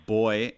boy